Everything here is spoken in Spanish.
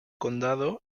condado